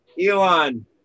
Elon